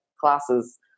classes